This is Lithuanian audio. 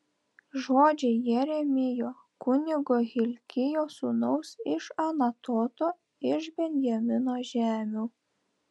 žodžiai jeremijo kunigo hilkijo sūnaus iš anatoto iš benjamino žemių